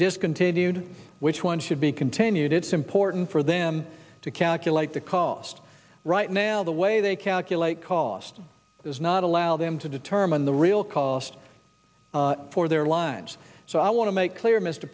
discontinued which ones should be continued it's important for them to calculate the cost right now the way they calculate cost is not allow them to determine the real cost for their lives so i want to make clear mr